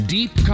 Deep